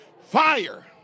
Fire